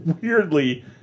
weirdly